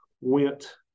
went